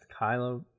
Kylo